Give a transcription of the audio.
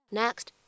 next